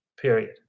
Period